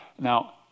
Now